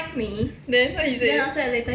then what he say